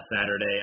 Saturday